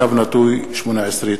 פ/1214/18.